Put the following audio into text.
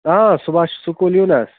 صُبحس چھُ سکوٗل یُن حظ